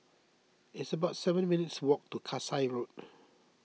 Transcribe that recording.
it's about seven minutes' walk to Kasai Road